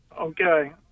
Okay